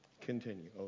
Continue